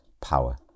power